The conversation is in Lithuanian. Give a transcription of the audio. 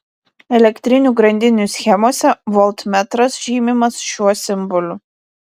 elektrinių grandinių schemose voltmetras žymimas šiuo simboliu